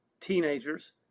teenagers